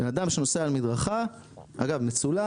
בן אדם שנוסע על מדרכה אגב, מצולם